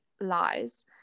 lies